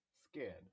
scared